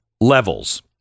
levels